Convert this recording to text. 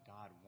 God